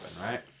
right